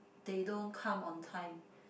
they don't come on time